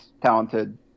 talented